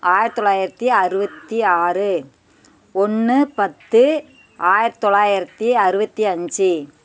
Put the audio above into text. ஆயிரத்து தொள்ளாயிரத்து அறுபத்தி ஆறு ஒன்று பத்து ஆயிரத்து தொள்ளாயிரத்து அறுபத்தி அஞ்சு